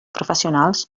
professionals